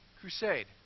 crusade